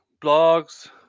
blogs